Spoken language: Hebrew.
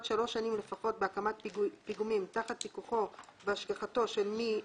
שלוש שנים לפחות בהקמת פיגומים תחת פיקוחו והשגחתו של מי